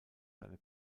seine